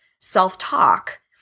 self-talk